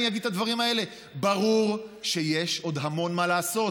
אני אגיד את הדברים האלה: ברור שיש עוד המון מה לעשות.